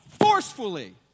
forcefully